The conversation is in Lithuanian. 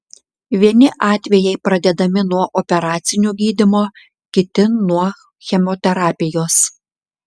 vieni atvejai pradedami nuo operacinio gydymo kiti nuo chemoterapijos